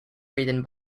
written